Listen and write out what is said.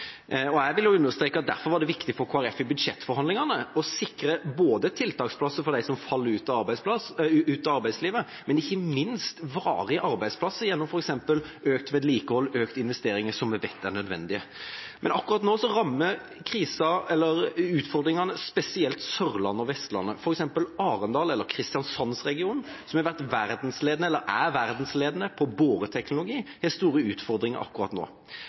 Jeg vil understreke at derfor var det viktig for Kristelig Folkeparti i budsjettforhandlingene å sikre både tiltaksplasser for dem som faller ut av arbeidslivet, og ikke minst varige arbeidsplasser gjennom f.eks. økt vedlikehold og økte investeringer som vi vet er nødvendige. Men akkurat nå rammer krisa, eller utfordringene, spesielt Sørlandet og Vestlandet. For eksempel Arendal og Kristiansandsregionen, som har vært og er verdensledende på boreteknologi, har store utfordringer akkurat nå.